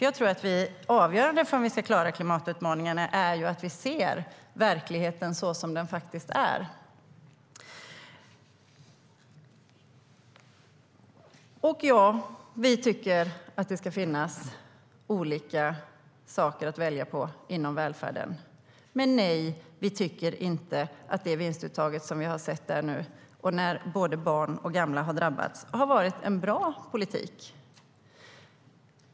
Jag tror att det är avgörande om vi ska klara klimatutmaningarna att vi ser verkligheten så som den faktiskt är. Ja, vi tycker att det ska finnas olika saker att välja på inom välfärden. Men nej, vi tycker inte att det vinstuttag som vi har sett, där både barn och gamla har drabbats, har varit en bra politik.